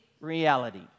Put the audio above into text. reality